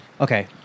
Okay